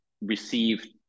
received